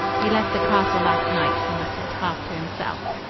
he left the castle last night, he muttered, half to himself.